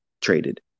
traded